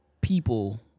people